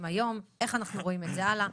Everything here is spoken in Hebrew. היום ואיך אנחנו רואים את זה הלאה.